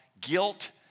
guilt